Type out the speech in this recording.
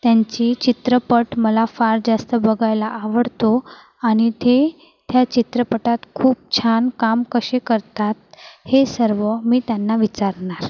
त्यांची चित्रपट मला फार जास्त बघायला आवडतो आणि ते त्या चित्रपटात खूप छान काम कसे करतात हे सर्व मी त्यांना विचारणार